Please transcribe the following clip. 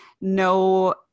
no